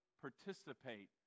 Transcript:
participate